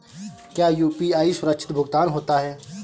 क्या यू.पी.आई सुरक्षित भुगतान होता है?